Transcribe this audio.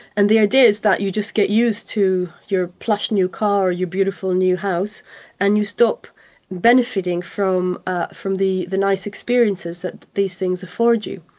and the idea is that you just get used to your plush new car or your beautiful new house and you stop benefiting from ah from the the nice experiences that these things afford you.